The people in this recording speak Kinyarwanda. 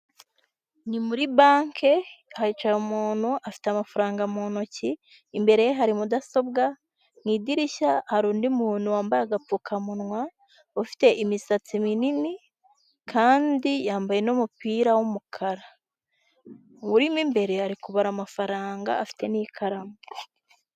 Ni muri banki, hicaye umuntu afite amafaranga mu ntoki, imbere ye hari mudasobwa, mu idirishya hari undi muntu wambaye agapfukamunwa, ufite imisatsi minini kandi yambaye n'umupira w'umukara, urimo imbere ari kubara amafaranga afite n'ikaramu.